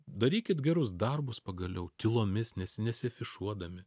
darykit gerus darbus pagaliau tylomis nesiafišuodami